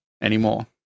anymore